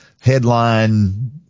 headline